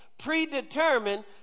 predetermined